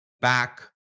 back